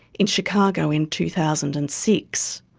in chicago in two thousand and six.